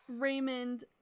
Raymond